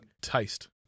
Taste